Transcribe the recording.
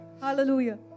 Hallelujah